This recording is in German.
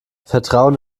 vertrauen